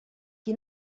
qui